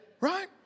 right